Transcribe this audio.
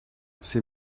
ses